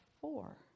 four